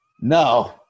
No